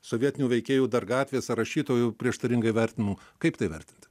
sovietinių veikėjų dar gatvės ar rašytojų prieštaringai vertinamų kaip tai vertint